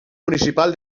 municipal